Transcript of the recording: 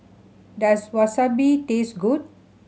does Wasabi taste good